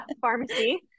pharmacy